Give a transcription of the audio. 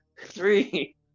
three